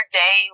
day